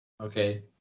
Okay